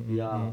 ya